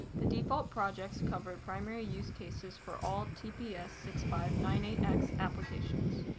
the default projects cover primary use cases for all t p s six five nine eight x applications.